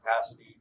capacity